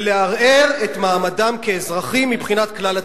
ולערער את מעמדם כאזרחים מבחינת כלל הציבור.